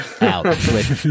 out